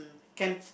became